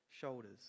shoulders